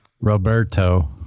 Roberto